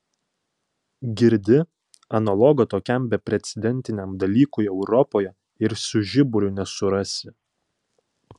girdi analogo tokiam beprecedentiniam dalykui europoje ir su žiburiu nesurasi